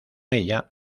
ella